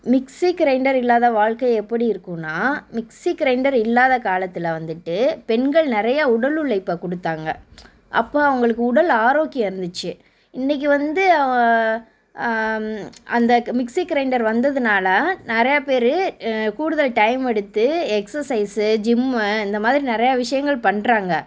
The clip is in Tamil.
மிக்ஸி க்ரைண்டர் இல்லாத வாழ்க்கை எப்படி இருக்கும்னால் மிக்ஸி க்ரைண்டர் இல்லாத காலத்தில் வந்துட்டு பெண்கள் நிறைய உடல் உழைப்ப கொடுத்தாங்க அப்போ அவங்களுக்கு உடல் ஆரோக்கியம் இருந்துச்சு இன்றைக்கி வந்து அந்த மிக்ஸி க்ரைண்டர் வந்ததுனால் நிறைய பேர் கூடுதல் டைம் எடுத்து எக்ஸசைஸு ஜிம்மு இந்த மாதிரி நிறையா விஷயங்கள் பண்ணுறாங்க